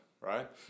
right